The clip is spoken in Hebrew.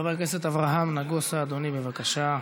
חבר הכנסת אברהם נגוסה, אדוני, בבקשה.